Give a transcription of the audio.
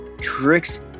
tricks